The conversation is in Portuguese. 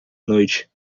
noite